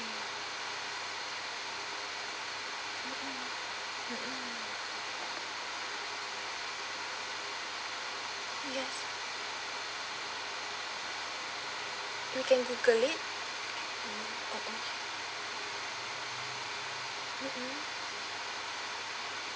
mmhmm yes you can Google it mmhmm